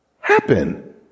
happen